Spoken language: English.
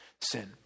sin